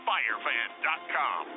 FireFan.com